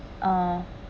um